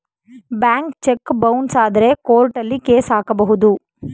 bank cheque bounce ಆದ್ರೆ ಕೋರ್ಟಲ್ಲಿ case ಹಾಕಬಹುದು